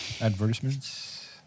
advertisements